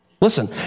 Listen